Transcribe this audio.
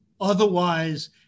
Otherwise